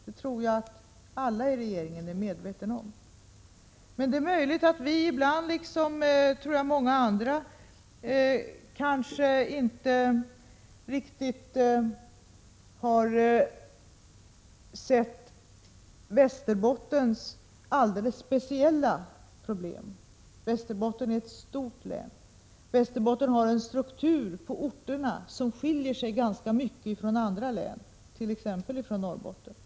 Det är nog alla i regeringen medvetna om, men det är möjligt att vi — liksom många andra — inte riktigt har sett Västerbottens alldeles speciella problem. Västerbotten är ett stort län, och strukturen skiljer sig rätt mycket från strukturen i andra län, t.ex. Norrbottens län.